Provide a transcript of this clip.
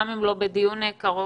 גם אם לא בדיון קרוב,